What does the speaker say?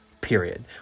Period